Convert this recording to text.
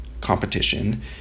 competition